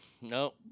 no